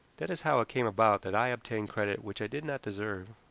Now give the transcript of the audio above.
that is how it came about that i obtained credit which i did not deserve.